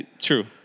true